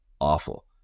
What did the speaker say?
awful